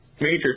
major